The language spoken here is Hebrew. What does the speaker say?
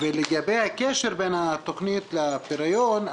ולגבי הקשר בין התכנית לפריון,